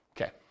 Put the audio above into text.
okay